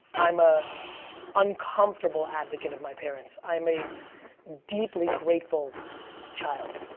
i'm a uncomfortable advocate of my parents. i'm a deeply grateful child.